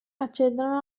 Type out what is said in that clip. accedono